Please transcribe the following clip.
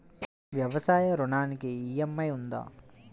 వ్యవసాయ ఋణానికి ఈ.ఎం.ఐ ఉందా?